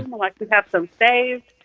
them will likely have some saved.